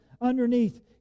underneath